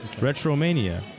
Retromania